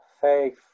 faith